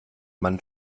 man